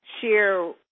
share